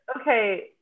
Okay